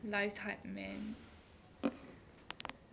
life's hard man